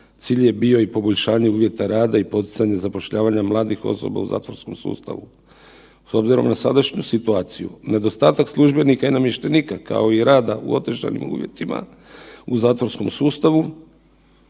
Cilj je bio i poboljšanje uvjeta rada i poticanje zapošljavanja mladih osoba u zatvorskom sustavu s obzirom na današnju situaciju nedostatak službenika i namještenika, kao i rada u otežanim uvjetima u zatvorskom sustavu.